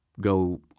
go